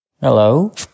Hello